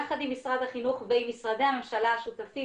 יחד עם משרד החינוך ומשרדי הממשלה השותפים,